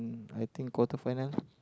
I think quarterfinals